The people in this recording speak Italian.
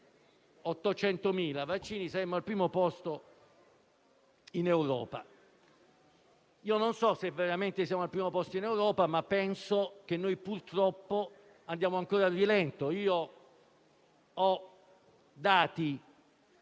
800.000 vaccini, siamo al primo posto in Europa. Io non so se veramente siamo al primo posto in Europa, ma penso che, purtroppo, andiamo ancora a rilento. Io